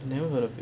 never heard of it